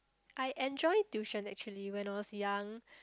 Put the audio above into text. I enjoy tuition actually when I was young